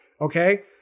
okay